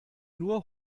nur